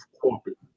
corporate